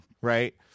Right